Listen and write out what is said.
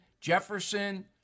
Jefferson